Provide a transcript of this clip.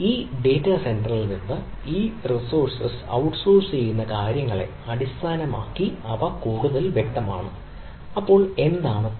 ഈ ഡേറ്റാസെന്ററിൽ നിന്ന് ഈ റിസോഴ്സ് ഔട്ട്സോഴ്സ് ചെയ്യുന്ന കാര്യങ്ങളെ അടിസ്ഥാനമാക്കി കൂടുതൽ വ്യക്തമായിരിക്കണം അപ്പോൾ എന്താണ് പവർ